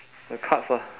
the cards lah